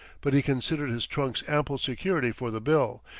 but he considered his trunks ample security for the bill,